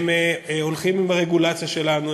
הם הולכים עם הרגולציה שלנו,